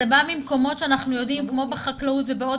זה בא ממקום שאנחנו יודעים כמו בחקלאות ובעוד